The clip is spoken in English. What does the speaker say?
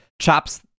chops